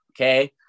okay